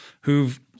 who've